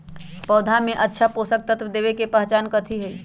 पौधा में अच्छा पोषक तत्व देवे के पहचान कथी हई?